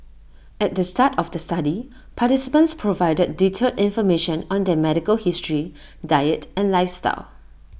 at the start of the study participants provided detailed information on their medical history diet and lifestyle